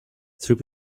three